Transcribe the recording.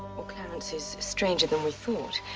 or clarence is stranger than we thought.